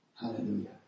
Hallelujah